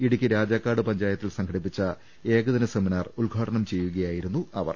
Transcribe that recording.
ഇടുക്കി രാജാക്കാട് പഞ്ചായത്തിൽ സംഘടി പ്പിച്ച ഏകദിന സെമിനാർ ഉദ്ഘാടനം ചെയ്യുകയായിരുന്നു അവർ